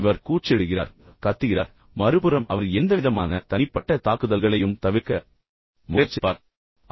இந்த பக்கத்தில் அவர் கூச்சலிடுகிறார் கத்துகிறார் மறுபுறம் அவர் எந்தவிதமான தனிப்பட்ட தாக்குதல்களையும் தவிர்க்க முயற்சிப்பார்